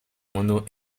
mono